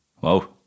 Wow